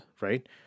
Right